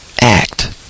act